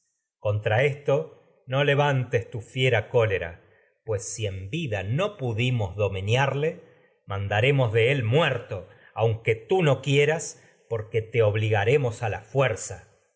contra esto levantes tu fiera cólera pues si en vida no pudimos de domeñarle mandaremos él muerto a aunque tú no quieras su porque te obligaremos la fuerza